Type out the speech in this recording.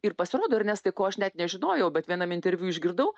ir pasirodo ernestai ko aš net nežinojau bet vienam interviu išgirdau